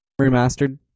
Remastered